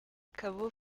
caveau